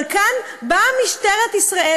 אבל כאן באה משטרת ישראל,